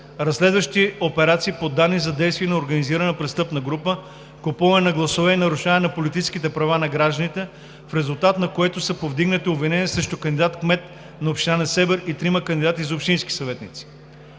разследващи операции по данни за действия за организирана престъпна група, купуване на гласове и нарушаване на политическите права на гражданите, в резултат на които са повдигнати обвинения срещу кандидат-кмета на община Несебър и трима кандидати за общински съветници.